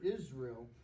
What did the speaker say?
Israel